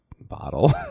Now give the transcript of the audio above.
bottle